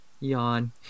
Yawn